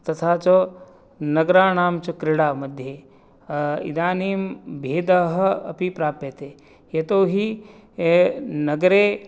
तथा च नगराणां च क्रीडामध्ये इदानीं भेदः अपि प्राप्यते यतोहि नगरे